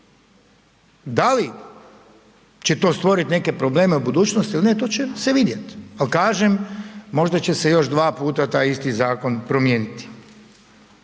Da li će to stvoriti neke probleme u budućnosti ili ne, to će se vidjet ali kažem, možda će se još dva puta taj isti zakon promijeniti.